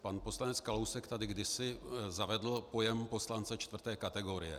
Pan poslanec Kalousek tady kdysi zavedl pojem poslance čtvrté kategorie.